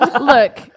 Look